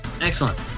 Excellent